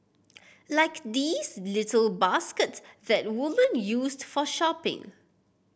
like these little baskets that woman used for shopping